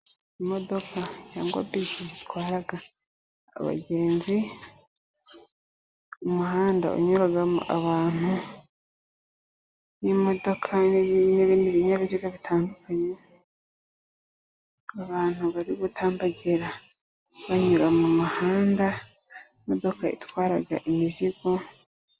Imodoka cyangwa bisi zitwara abagenzi ,umuhanda unyuramo abantu ,n'imodoka n'ibindi binyabiziga bitandukanye ,abantu bari gutambagera banyura mumuhanda, imodoka itwara imizigo.